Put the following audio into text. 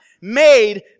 made